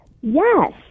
Yes